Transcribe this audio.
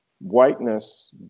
whiteness